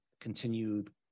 continued